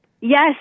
Yes